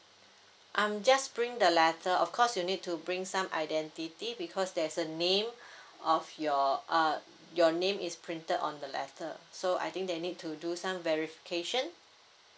um just bring the letter of course you need to bring some identity because there's a name of your uh your name is printed on the letter so I think they need to do some verification